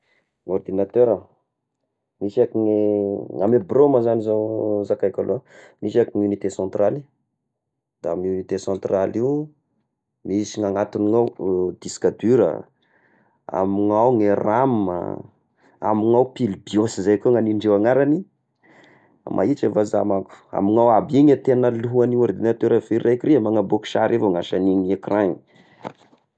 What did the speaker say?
Ordinatera, misy aky ny amy birô ma zagny zao zakaiko aloha, misy haiky ny unité centrale da amy io unité centrale io, misy ny agnatiny ao diska dure, amignao ny ram, amignao pile bios zay ko niagnindreo anaragny, mahisy avazaha manko, amignao aby igny tegna lohagny ordinatera fe raiky iria, manaboaka sary avy ao ny asagniny ecran igny.